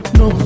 no